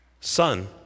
Son